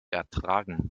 ertragen